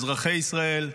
אזרחי ישראל,